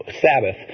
Sabbath